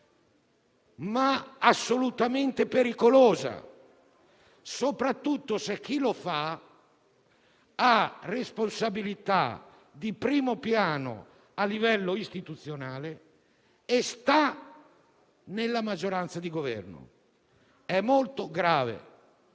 sia assolutamente pericolosa, soprattutto se chi lo fa ha responsabilità di primo piano a livello istituzionale e sta nella maggioranza di Governo. È molto grave.